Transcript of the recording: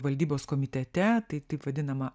valdybos komitete tai taip vadinama